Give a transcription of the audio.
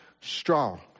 strong